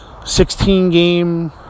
16-game